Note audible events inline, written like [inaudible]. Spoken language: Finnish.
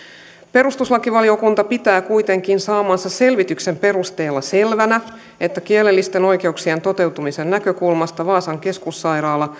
perustuslakivaliokunta pitää kuitenkin saamansa selvityksen perusteella selvänä että kielellisten oikeuksien toteutumisen näkökulmasta vaasan keskussairaala [unintelligible]